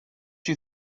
you